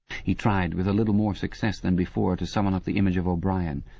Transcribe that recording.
he tried with a little more success than before to summon up the image of o'brien.